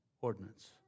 ordinance